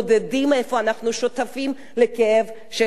איפה אנחנו שותפים לכאב של אחרים.